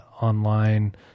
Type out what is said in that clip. online